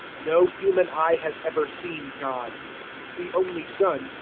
no human eye has ever seen god the only son,